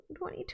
2020